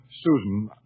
Susan